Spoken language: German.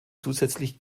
zusätzlich